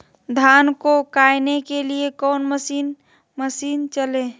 धन को कायने के लिए कौन मसीन मशीन चले?